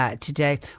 today